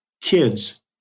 kids